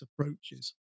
approaches